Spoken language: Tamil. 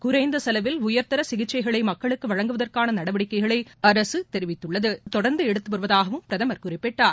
குறைந்தசெலவில் உயர்தர சிகிச்சைகளை மக்களுக்கு வழங்குவதற்கான நடவடிக்கைகளை அரசு தொடர்ந்து எடுத்து வருவதாகவும் பிரதமர் குறிப்பிட்டார்